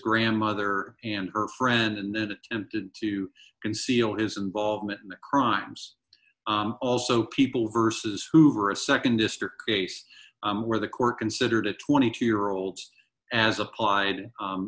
grandmother and her friend and then attempted to conceal his involvement in the crimes also people versus hoover a nd district case where the court considered a twenty two year olds as applied